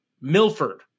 Milford